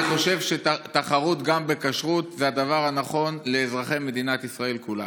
אני חושב שתחרות גם בכשרות זה הדבר הנכון לאזרחי מדינת ישראל כולם.